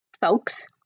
folks